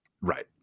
Right